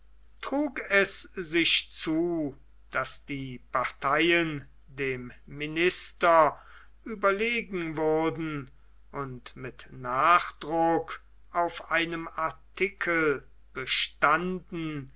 trug es sich zu daß die parteien dem minister überlegen wurden und mit nachdruck auf einem artikel bestanden